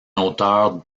hauteur